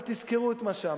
אבל תזכרו את מה שאמרתי: